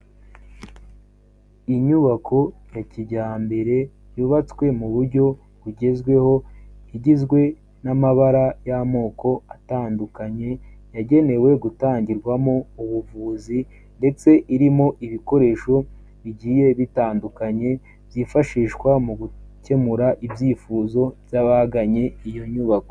Inyubako ya kijyambere yubatswe mu buryo bugezweho igizwe n'amabara y'amoko atandukanye, yagenewe gutangirwamo ubuvuzi ndetse irimo ibikoresho bigiye bitandukanye byifashishwa mu gukemura ibyifuzo by'abagannye iyo nyubako.